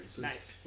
Nice